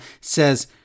says